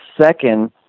Second